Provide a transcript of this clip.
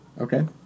Okay